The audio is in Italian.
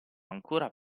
ancora